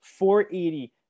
480